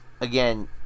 again